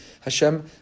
Hashem